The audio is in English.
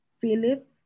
Philip